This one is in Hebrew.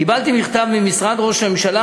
קיבלתי מכתב ממשרד ראש הממשלה,